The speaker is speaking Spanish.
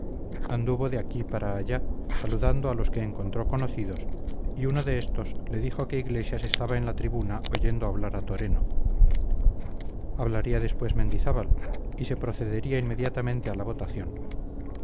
anduvo de aquí para allá saludando a los que encontró conocidos y uno de estos le dijo que iglesias estaba en la tribuna oyendo hablar a toreno hablaría después mendizábal y se procedería inmediatamente a la votación